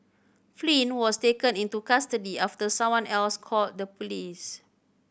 Flynn was taken into custody after someone else called the police